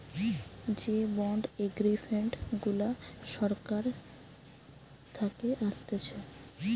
যে bond agreement গুলা সরকার থাকে আসতেছে